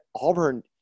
Auburn